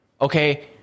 Okay